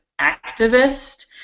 activist